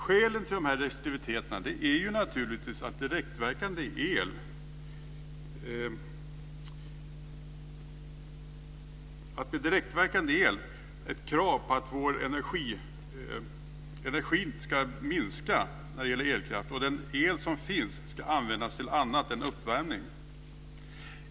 Skälet till dessa restriktiviteter med direktverkande el är krav på att behovet av elkraft sak minska och att den el som finns ska användas till annat än uppvärmning.